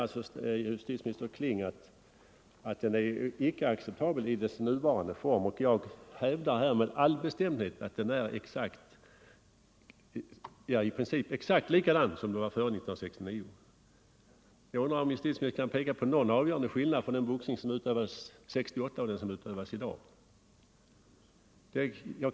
Justitieminister Kling sade att boxningen inte var acceptabel i dess dåvarande form. Jag hävdar med bestämdhet att boxningen i princip är likadan i dag som den var före år 1969. Jag undrar om justitieministern kan peka på någon avgörande skillnad mellan den boxning som utövades 1968 och den som utövas i dag.